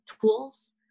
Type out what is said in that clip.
tools